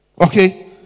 Okay